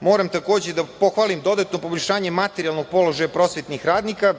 moram da pohvalim dodatno poboljšanje materijalnog položaja prosvetnih radnika.